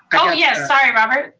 oh yes, sorry robert.